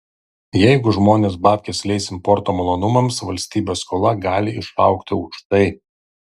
jeigu žmonės babkes leis importo malonumams valstybės skola gali išaugti aukštai